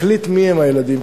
מחליט מיהם הילדים,